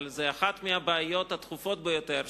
אבל זו אחת הבעיות הדחופות ביותר,